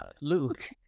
Luke